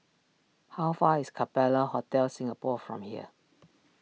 how far is Capella Hotel Singapore from here